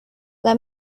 let